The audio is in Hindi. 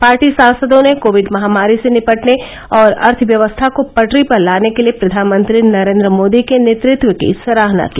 पार्टी सांसदों ने कोविड महामारी से निपटने और अर्थव्यवस्था को पटरी पर लाने के लिए प्रधानमंत्री नरेंद्र मोदी के नेतृत्व की सराहना की